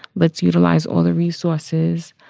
let's utilize all the resources.